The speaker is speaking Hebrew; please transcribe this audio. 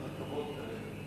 כרגע.